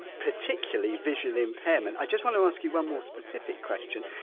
particularly visual impairment. i just want to ask you one more specific question.